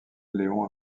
léon